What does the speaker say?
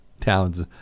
towns